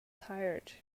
tired